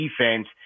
defense